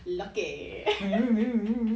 lock in